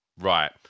Right